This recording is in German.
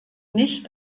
nicht